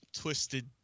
twisted